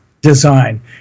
design